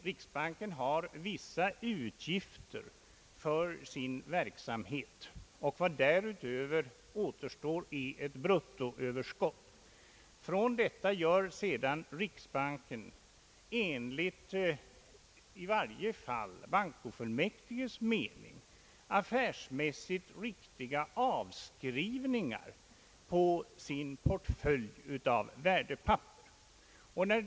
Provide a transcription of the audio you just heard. Riksbanken har vissa utgifter för sin verksamhet och vad som därefter återstår är ett bruttoöverskott. Från detta gör sedan riksbanken enligt i varje fall bankofullmäktiges mening affärsmässigt riktiga avskrivningar på sin portfölj av värdepapper.